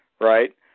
right